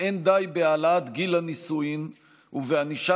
לא די בהעלאת גיל הנישואים ובענישה